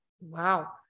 Wow